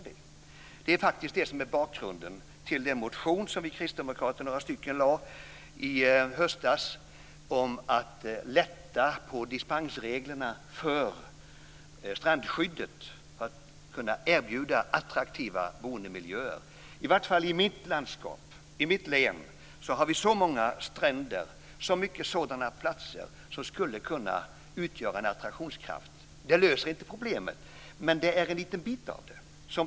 Detta är också bakgrunden till den motion som några av oss kristdemokrater väckte i höstas om att man skulle kunna lätta på dispensreglerna för strandskyddet för att kunna erbjuda attraktiva boendemiljöer. I varje fall har vi i mitt län många stränder och många sådana platser som kan ha en attraktionskraft. Detta skulle inte lösa problemet men en liten bit av det.